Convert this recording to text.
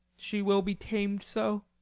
she will be tam'd so.